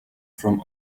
from